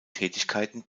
tätigkeiten